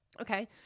okay